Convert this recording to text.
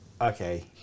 Okay